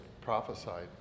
prophesied